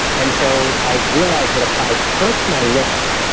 and so i realized that if i pursed my lips,